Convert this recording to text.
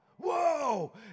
Whoa